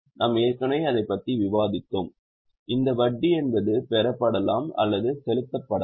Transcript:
நாம் ஏற்கனவே அதைப் பற்றி விவாதித்தோம் இந்த வட்டி என்பது பெறப்படலாம் அல்லது செலுத்தப்படலாம்